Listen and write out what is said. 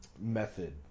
method